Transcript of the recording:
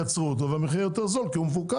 ואז הם ייצרו אותו במחיר יותר זול כי הוא מפוקח.